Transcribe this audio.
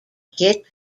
hit